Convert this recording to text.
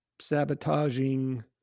sabotaging